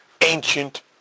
ancient